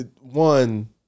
one